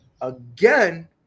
again